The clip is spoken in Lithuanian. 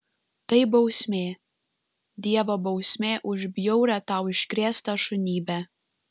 tai bausmė dievo bausmė už bjaurią tau iškrėstą šunybę